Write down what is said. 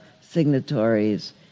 signatories